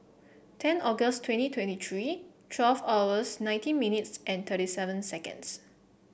ten August twenty twenty three twelfth hours nineteen minutes and thirty seven seconds